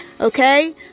Okay